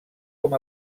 com